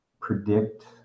predict